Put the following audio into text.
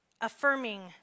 affirming